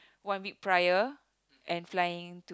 one week prior and flying